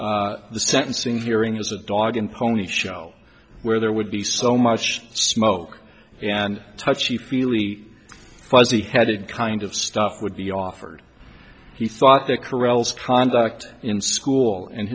to the sentencing hearing as a dog and pony show where there would be so much smoke and touchy feely fuzzy headed kind of stuff would be offered he thought the corrals conduct in school and